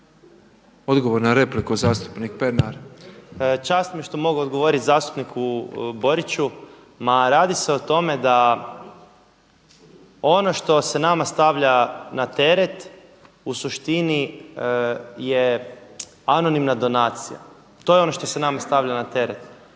Odgovor na repliku zastupnik Pernar. **Pernar, Ivan (Abeceda)** Čast mi je što mogu odgovoriti zastupniku Boriću. Ma radi se o tome da ono što se nama stavlja na teret u suštini je anonimna donacija, to je ono što se nama stavlja na teret.